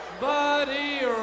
Buddy